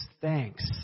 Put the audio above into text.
thanks